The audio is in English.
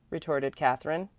retorted katherine.